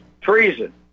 treason